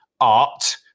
art